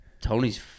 Tony's